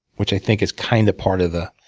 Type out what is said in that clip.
which i think is kind of part of the